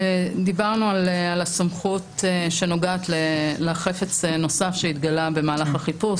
דיברנו על הסמכות שנוגעת לחפץ נוסף שהתגלה במהלך החיפוש.